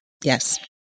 Yes